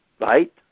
right